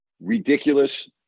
ridiculous